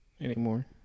anymore